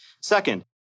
Second